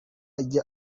yajya